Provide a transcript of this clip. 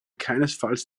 keinesfalls